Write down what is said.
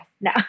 No